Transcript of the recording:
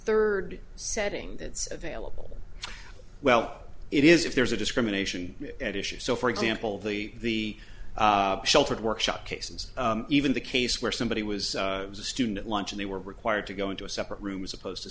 third setting that's available well it is if there's a discrimination at issue so for example the sheltered workshop cases even the case where somebody was a student at lunch and they were required to go into a separate room as opposed to